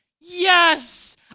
yes